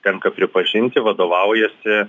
tenka pripažinti vadovaujasi